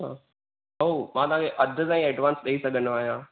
अच्छा भाऊ मां तव्हां खे अॼु ताईं ऐडवांस ॾेई सघंदो आहियां